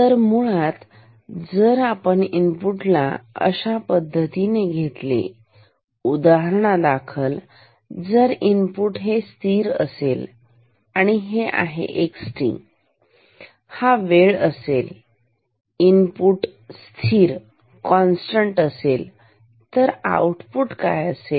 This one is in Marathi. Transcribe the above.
तर मुळात आपण जर इनपुटला अशा पद्धतीने घेतले उदाहरणादाखल जर इनपुट हे स्थिर असेल आणि हे आहे xt हा वेळ असेल इनपुट स्थिर कॉन्स्टंट असेल तर आऊटपुट काय असेल